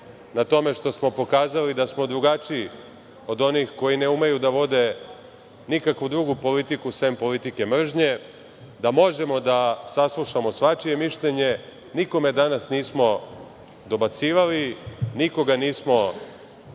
na tome što smo pokazali da smo drugačiji od onih koji ne umeju da vode nikakvu drugu politiku, sem politike mržnje, da možemo da saslušamo svačije mišljenje. Nikome danas nismo dobacivali, nikoga nismo